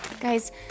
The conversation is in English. Guys